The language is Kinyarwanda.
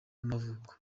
y’amavuko